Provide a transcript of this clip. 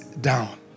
down